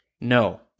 No